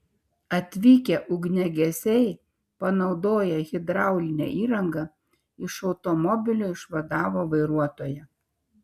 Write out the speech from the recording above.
atvykę ugniagesiai panaudoję hidraulinę įrangą iš automobilio išvadavo vairuotoją